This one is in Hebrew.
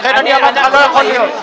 לכן אמרתי לך שזה לא יכול להיות.